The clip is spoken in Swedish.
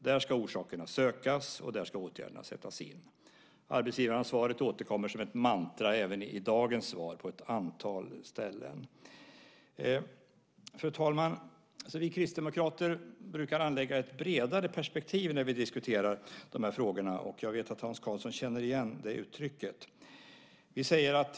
Där ska orsakerna sökas, och där ska åtgärderna sättas in. Arbetsgivaransvaret återkommer som ett mantra även i dagens svar på ett antal ställen. Fru talman! Vi kristdemokrater brukar anlägga ett bredare perspektiv när vi diskuterar de här frågorna, och jag vet att Hans Karlsson känner igen det uttryck vi brukar använda.